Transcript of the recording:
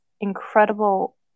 incredible